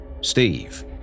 Steve